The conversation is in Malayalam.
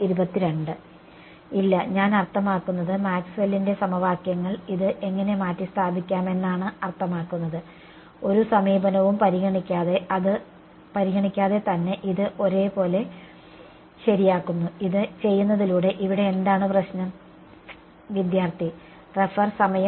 ഇല്ല ഞാൻ അർത്ഥമാക്കുന്നത് മാക്സ്വെല്ലിന്റെ സമവാക്യങ്ങൾ Maxwell's equations ഇത് എങ്ങനെ മാറ്റിസ്ഥാപിക്കാമെന്നാണ് അർത്ഥമാക്കുന്നത് ഒരു സമീപനവും പരിഗണിക്കാതെ തന്നെ ഇത് ഒരേപോലെ ശരിയാക്കുന്നു ഇത് ചെയ്യുന്നതിലൂടെ ഇവിടെ എന്താണ് പ്രശ്നം